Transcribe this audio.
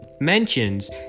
mentions